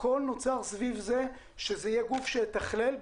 הכול נוצר סביב זה שיהיה גוף שיתכלל.